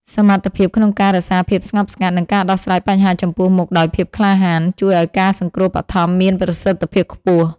សមត្ថភាពក្នុងការរក្សាភាពស្ងប់ស្ងាត់ និងការដោះស្រាយបញ្ហាចំពោះមុខដោយភាពក្លាហាន ជួយឱ្យការសង្គ្រោះបឋមមានប្រសិទ្ធភាពខ្ពស់។